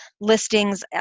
listings